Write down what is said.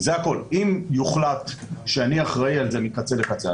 אם יוחלט שאני אחראי על זה מקצה לקצה,